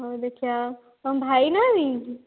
ହଉ ଦେଖିବା ତୁମ ଭାଇ ନାହାନ୍ତି କି